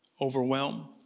overwhelm